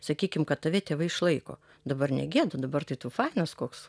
sakykim kad tave tėvai išlaiko dabar negėda dabar tai tu fainas koks